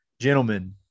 Gentlemen